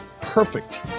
perfect